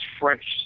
French